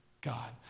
God